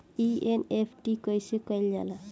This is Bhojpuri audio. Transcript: एन.ई.एफ.टी कइसे कइल जाला?